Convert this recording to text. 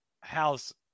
house